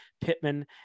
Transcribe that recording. Pittman